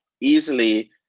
easily